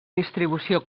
distribució